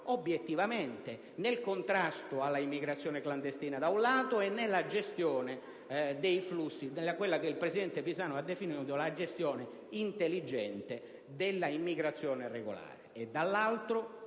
obiettivamente nel contrasto all'immigrazione clandestina e nella gestione dei flussi: quella che il presidente Pisanu ha definito la gestione intelligente dell'immigrazione regolare. Sono